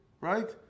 right